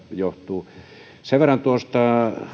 johtuu sen verran tuosta